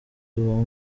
uwo